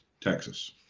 Texas